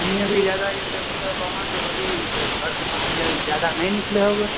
सुनने रहियै जादा हेतै मतलब अहाँ सब अभी घरसँ बाहर जब जादा नहि निकलै होबै